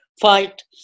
fight